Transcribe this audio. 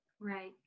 right